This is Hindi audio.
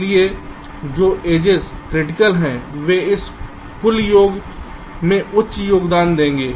इसलिए जो एजेस क्रिटिकल हैं वे इस कुल योग में उच्च योगदान देंगे